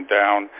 down